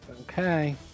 Okay